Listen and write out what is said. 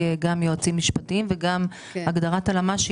יועצים משפטיים וגם על פי הגדרת הלמ"ס,